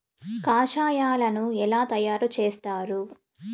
కషాయాలను ఎలా తయారు చేస్తారు?